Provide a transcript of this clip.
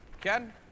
Ken